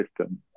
system